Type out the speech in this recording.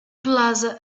plaza